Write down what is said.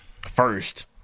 first